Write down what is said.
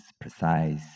precise